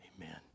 Amen